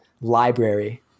library